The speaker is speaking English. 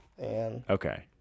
Okay